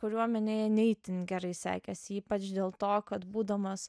kariuomenėje ne itin gerai sekėsi ypač dėl to kad būdamas